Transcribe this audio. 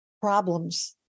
problems